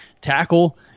tackle